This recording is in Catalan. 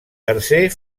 tercer